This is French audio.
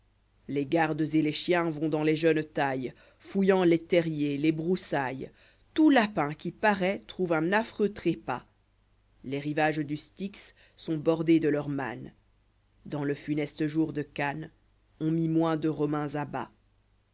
les gardes et les chiens vont dans les jeunes tailles fouillant les terriers les broussailles tout lapin qui paraît trouve un affreux trépas les rivages du styx sont bordés de leurs mânes dans le funeste jour de cannes on mit moins de romains à has